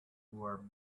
were